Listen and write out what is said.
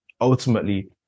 ultimately